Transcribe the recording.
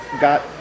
got